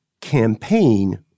campaign